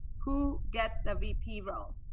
who gets the vp role?